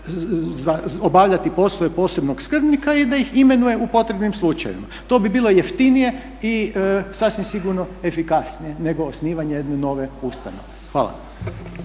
obavljati poslove posebnog skrbnika i da ih imenuje u potrebnim slučajevima. To bi bilo jeftinije i sasvim sigurno efikasnije nego osnivanje jedne nove ustanove. Hvala.